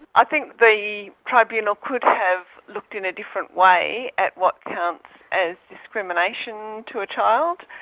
i think the tribunal could have looked in a different way at what counts as discrimination to a child,